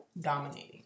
dominating